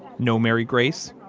no, mary grace,